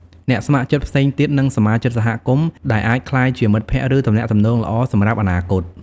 អ្នកស្ម័គ្រចិត្តផ្សេងទៀត និងសមាជិកសហគមន៍ ដែលអាចក្លាយជាមិត្តភក្តិ ឬទំនាក់ទំនងល្អសម្រាប់អនាគត។